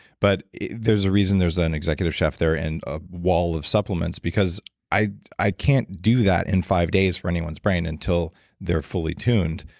but there's a reason there's an executive chef there and a wall of supplements because i i can't do that in five days for anyone's brain until they're fully tuned.